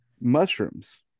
Mushrooms